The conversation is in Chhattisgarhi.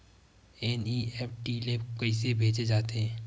एन.ई.एफ.टी ले कइसे भेजे जाथे?